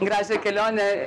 gražią kelionę